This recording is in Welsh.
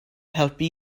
helpu